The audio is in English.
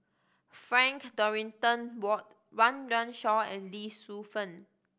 Frank Dorrington Ward Run Run Shaw and Lee Shu Fen